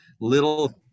little